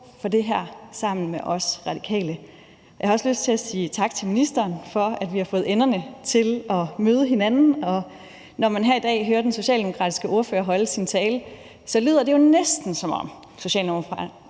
for det her sammen med os Radikale. Jeg har også lyst til at sige tak til ministeren for, at vi har fået enderne til at mødes, og når man her i dag hører den socialdemokratiske ordfører holde sin tale, lyder det jo næsten, som om Socialdemokratiet